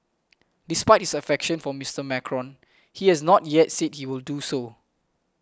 despite his affection for Mister Macron he has not yet said he will do so